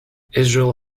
israel